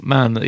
Man